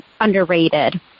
underrated